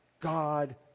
God